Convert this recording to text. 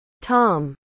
Tom